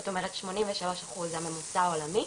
זאת אומרת שמונים ושלושה אחוז, זה הממוצע העולמי.